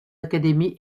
académies